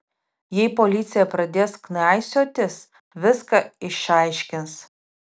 jei policija pradės knaisiotis viską išaiškins